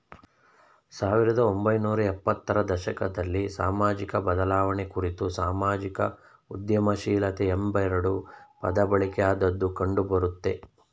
ಸಾವಿರದ ಒಂಬೈನೂರ ಎಪ್ಪತ್ತ ರ ದಶಕದಲ್ಲಿ ಸಾಮಾಜಿಕಬದಲಾವಣೆ ಕುರಿತು ಸಾಮಾಜಿಕ ಉದ್ಯಮಶೀಲತೆ ಎಂಬೆರಡು ಪದಬಳಕೆಯಾದದ್ದು ಕಂಡುಬರುತ್ತೆ